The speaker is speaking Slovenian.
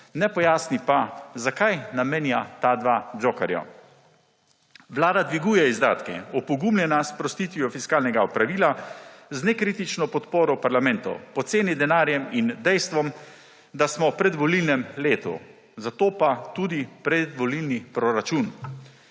Ne pojasni pa, zakaj namenja ta dva jokerja. Vlada dviguje izdatke, opogumljena s sprostitvijo fiskalnega opravila, z nekritično podporo v parlamentu, poceni denarjem in dejstvom, da smo v predvolilnem letu, zato pa tudi predvolilni proračun.